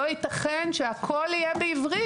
לא יתכן שהכול יהיה בעברית.